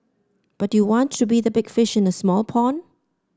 but you want to be the big fish in a small pond